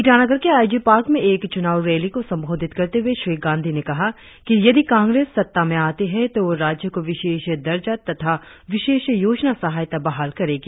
ईटानगर के I G park में एक चुनाव रैली को संबोधित करते हुए श्री गांधी ने कहा कि यदि कांग्रेस सत्ता में आती है तो वह राज्य को विशेष दर्जा तथा विशेष योजना सहायता बहाल करेगी